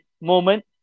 moment